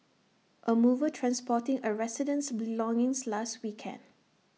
A mover transporting A resident's belongings last weekend